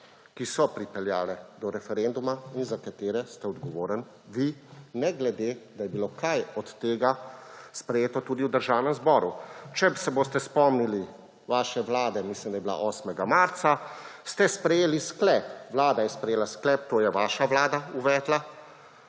ki so pripeljale do referenduma in za katere ste odgovorni vi, ne glede, da je bilo kaj od tega sprejeto tudi v Državnem zboru. Če se boste spomnili – mislim, da ste 8. marca sprejeli sklep –, Vlada je sprejela sklep, to je vaša vlada uvedla,